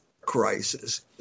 crisis